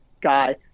guy